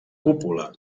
cúpula